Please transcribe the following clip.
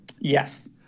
Yes